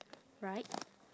right